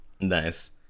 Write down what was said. Nice